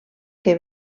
que